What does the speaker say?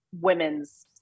women's